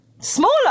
Smaller